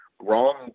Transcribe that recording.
wrong